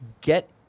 get